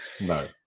No